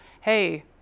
hey